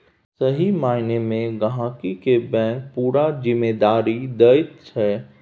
सही माइना मे गहिंकी केँ बैंक पुरा जिम्मेदारी दैत छै